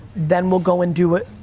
then we'll go and do it,